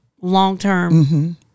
long-term